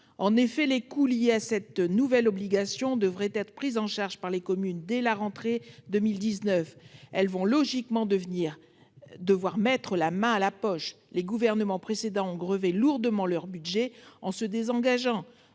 compétente. Les coûts liés à cette nouvelle obligation devraient être pris en charge par les communes dès la rentrée 2019, lesquelles vont logiquement devoir mettre la main à la poche. Les gouvernements précédents ont grevé lourdement leur budget en se désengageant.